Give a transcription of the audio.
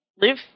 live